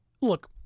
Look